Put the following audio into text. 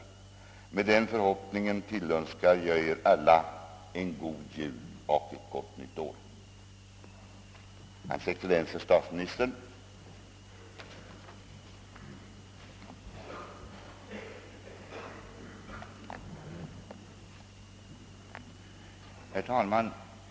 i | Med den förhoppningen tillönskar jag er alla en god jul och ett gott nytt år. -: Ordet lämnades härefter på begäran till ;